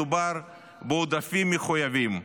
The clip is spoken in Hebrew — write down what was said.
מדובר בעודפים מחויבים.